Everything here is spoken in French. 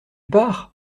pars